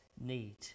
need